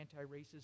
anti-racism